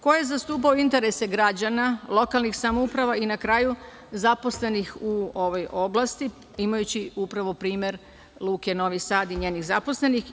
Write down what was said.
Ko je zastupao interese građana, lokalnih samouprava i na kraju zaposlenih u ovoj oblasti, imajući upravo primer Luke Novi Sad i njenih zaposlenih?